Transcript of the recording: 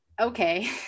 Okay